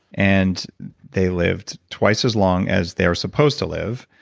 and they lived twice as long as they are supposed to live,